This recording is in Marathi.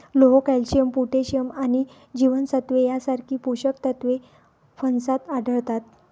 लोह, कॅल्शियम, पोटॅशियम आणि जीवनसत्त्वे यांसारखी पोषक तत्वे फणसात आढळतात